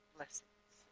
Blessings